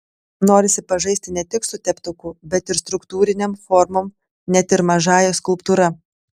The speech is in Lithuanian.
norisi pažaisti ne tik su teptuku bet ir struktūrinėm formom net ir mažąja skulptūra